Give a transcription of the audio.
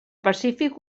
pacífic